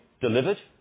delivered